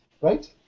right